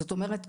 זאת אומרת,